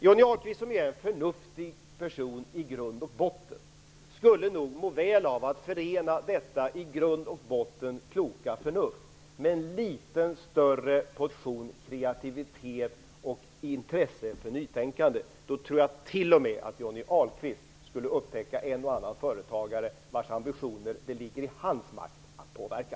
Johnny Ahlqvist, som i grund och botten är en förnuftig person, skulle må väl av att förena detta i grund och botten kloka förnuft med en liten större portion kreativitet och intresse för nytänkande. Då tror jag t.o.m. att Johnny Ahlqvist skulle upptäcka en och annan företagare vars ambitioner det ligger i hans makt att påverka.